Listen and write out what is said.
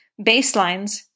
baselines